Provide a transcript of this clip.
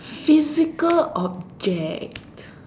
physical object